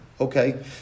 Okay